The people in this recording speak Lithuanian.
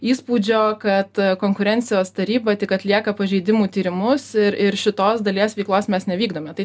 įspūdžio kad konkurencijos taryba tik atlieka pažeidimų tyrimus ir ir šitos dalies veiklos mes nevykdome tai